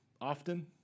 often